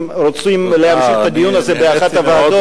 אם רוצים להמשיך את הדיון הזה באחת הוועדות,